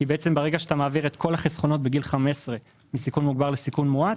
ברגע שאתה מעביר את כל החסכונות בגיל 15 מסיכון מוגבר לסיכון מועט,